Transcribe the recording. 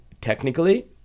technically